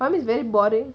always very boring